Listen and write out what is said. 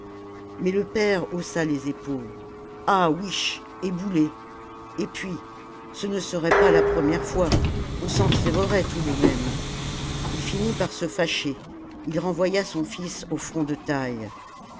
mais le père haussa les épaules ah ouiche ébouler et puis ce ne serait pas la première fois on s'en tirerait tout de même il finit par se fâcher il renvoya son fils au front de taille